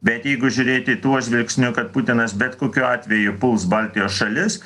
bet jeigu žiūrėti tuo žvilgsniu kad putinas bet kokiu atveju puls baltijos šalis